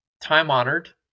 Time-honored